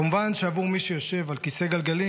כמובן שעבור מי שיושב על כיסא גלגלים,